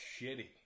Shitty